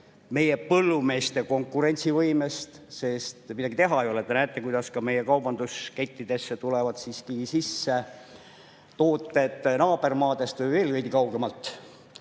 meie põllumeeste konkurentsivõimest – sest midagi teha ei ole, te näete, kuidas ka meie kaubanduskettidesse tulevad siiski sisse tooted naabermaadest või veel veidi kaugemalt